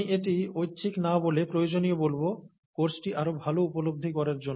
আমি এটি ঐচ্ছিক না বলে প্রয়োজনীয় বলব কোর্সটি আরো ভালো উপলব্ধি করার জন্য